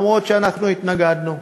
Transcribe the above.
אף-על-פי שאנחנו התנגדנו,